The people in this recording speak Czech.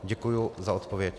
Děkuji za odpověď.